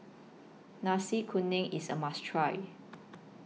Nasi Kuning IS A must Try